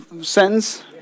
sentence